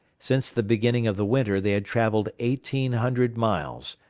since the beginning of the winter they had travelled eighteen hundred miles,